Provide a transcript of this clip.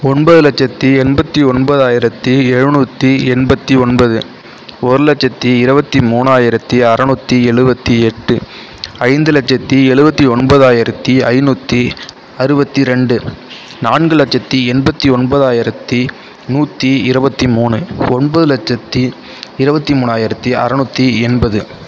ஒன்பது லட்சத்து எண்பத்து ஒன்பதாயிரத்து எழுநூற்றி எண்பத்து ஒன்பது ஒரு லட்சத்து இருபத்தி மூணாயிரத்து அறநூற்றி எழுவத்தி எட்டு ஐந்து லட்சத்து எழுவத்தி ஒன்பதாயிரத்து ஐந்நூற்றி அறுபத்தி ரெண்டு நான்கு லட்சத்து எண்பத்து ஒன்பதாயிரத்து நூற்றி இருபத்தி மூணு ஒன்பது லட்சத்து இருபத்தி மூணாயிரத்து அறநூற்றி எண்பது